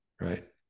right